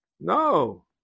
No